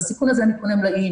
לסיכון הזה אני קונה מלאים,